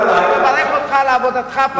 אני מברך אותך על עבודתך,